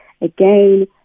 Again